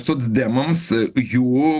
socdemams jų